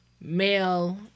male